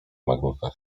magnusa